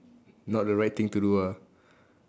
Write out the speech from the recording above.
not the right thing to do ah